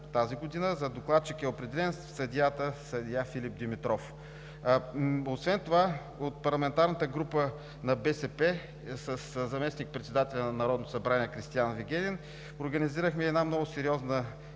тази година, за докладчик е определен съдия Филип Димитров. Освен това от парламентарната група на БСП със заместник председателя на Народното събрание Кристиан Вигенин организирахме една много сериозна